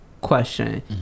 question